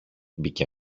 μπήκε